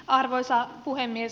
arvoisa puhemies